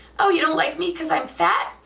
ah you don't like me because i'm fat,